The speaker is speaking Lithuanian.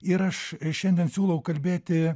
ir aš šiandien siūlau kalbėti